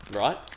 Right